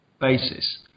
basis